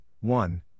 one